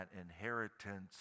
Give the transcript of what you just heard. inheritance